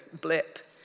blip